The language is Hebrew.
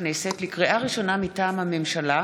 לקריאה ראשונה, מטעם הממשלה,